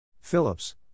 Phillips